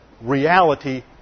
Reality